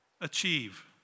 achieve